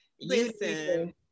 listen